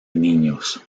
niños